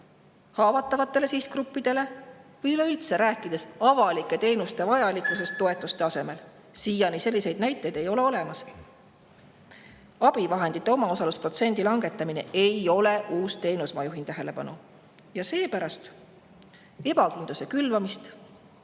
haavatavatele sihtgruppidele või üleüldse, rääkides avalike teenuste vajalikkusest toetuste asemel? Siiani ei ole selliseid näiteid olemas. Abivahendite omaosaluse protsendi langetamine ei ole uus teenus, ma juhin tähelepanu, rõhutades seepärast ebakindluse külvamist.